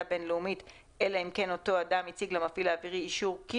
בין-לאומית אלא אם כן אותו אדם הציג למפעיל האווירי אישור כי"